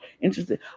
interesting